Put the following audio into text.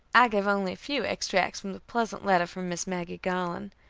i give only a few extracts from the pleasant letter from miss maggie garland.